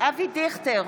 אבי דיכטר,